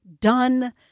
done